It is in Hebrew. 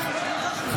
הצבעה.